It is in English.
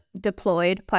deployed